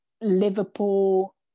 Liverpool